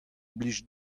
blij